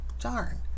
Darn